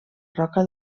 roca